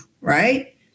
Right